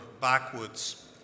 backwards